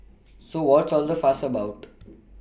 so what's all the fuss about